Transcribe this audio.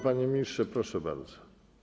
Panie ministrze, proszę bardzo.